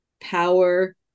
power